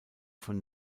von